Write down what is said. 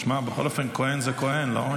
תשמע, בכל אופן כהן זה כהן, לא?